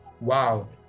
wow